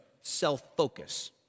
self-focus